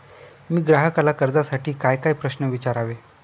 मी ग्राहकाला कर्जासाठी कायकाय प्रश्न विचारावे?